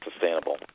sustainable